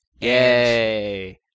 Yay